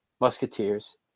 Musketeers